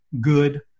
good